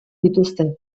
dituzte